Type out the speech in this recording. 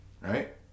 right